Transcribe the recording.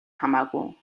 хамаагүй